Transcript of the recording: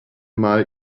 mal